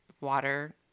water